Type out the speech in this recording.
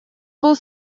был